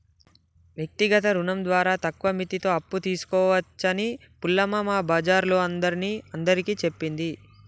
వ్యక్తిగత రుణం ద్వారా తక్కువ మిత్తితో అప్పు తీసుకోవచ్చని పూలమ్మ మా బజారోల్లందరిని అందరికీ చెప్పింది